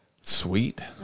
Sweet